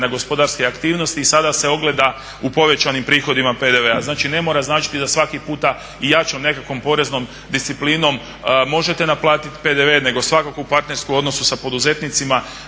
gospodarske aktivnosti i sada se ogleda u povećanim prihodima PDV-a. Znači ne mora značiti da svaki puta jačom nekakvom poreznom disciplinom možete naplatiti PDV nego svakako u partnerskom odnosu sa poduzetnicima